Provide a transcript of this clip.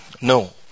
No